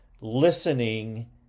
Listening